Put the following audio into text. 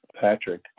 Patrick